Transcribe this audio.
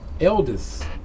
eldest